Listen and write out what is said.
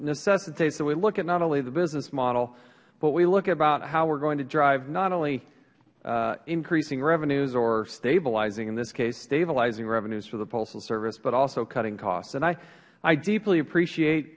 necessitates that we look at not only the business model but we look about how we are going to drive not only increasing revenues or stabilizing in this case stabilizing revenues for the postal service but also cutting costs and i deeply appreciate